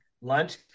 lunch